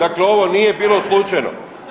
Dakle, ovo nije bilo slučajno.